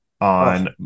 on